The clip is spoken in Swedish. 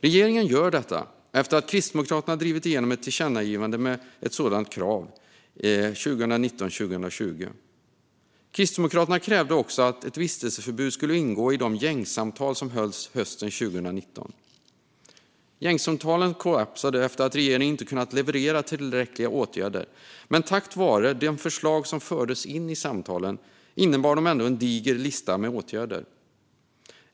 Regeringen gör det efter att Kristdemokraterna 2019/20 drev igenom ett tillkännagivande med ett sådant krav. Kristdemokraterna krävde också att ett vistelseförbud skulle ingå i de gängsamtal som hölls hösten 2019. Dessa samtal kollapsade efter att regeringen inte kunde leverera förslag på tillräckliga åtgärder, men tack vare de förslag som fördes in i samtalen ledde de ändå till en diger lista med åtgärder.